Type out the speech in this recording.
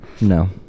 no